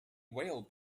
whale